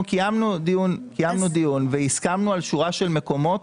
אנחנו קיימנו דיון והסכמנו על שורה של מקומות